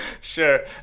Sure